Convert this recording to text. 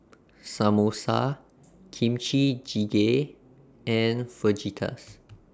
Samosa Kimchi Jigae and Fajitas